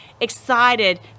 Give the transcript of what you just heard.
excited